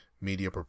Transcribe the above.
Media